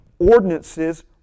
ordinances